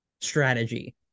strategy